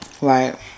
Right